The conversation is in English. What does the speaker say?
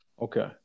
Okay